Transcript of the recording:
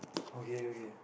okay okay